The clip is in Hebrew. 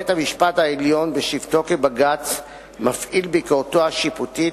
בית-המשפט העליון בשבתו כבית-משפט גבוה לצדק מפעיל ביקורתו השיפוטית